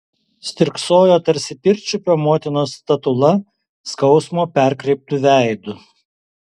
stirksojo tarsi pirčiupio motinos statula skausmo perkreiptu veidu